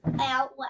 out